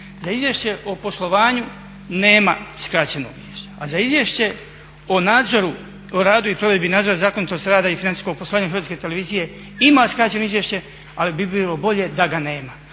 Za izvješće o poslovanju nema skraćenog izvješća, a za Izvješće o radu i provedbi nadzora zakonitosti rada i financijskog poslovanja HRT-a ima skraćeno izvješće ali bi bilo bolje da ga nema.